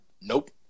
Nope